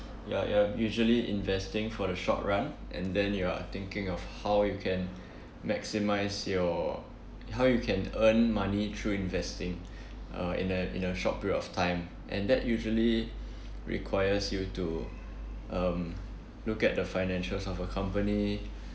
you're you're usually investing for the short run and then you are thinking of how you can maximise your how you can earn money through investing uh in a in a short period of time and that usually requires you to um look at the financials of a company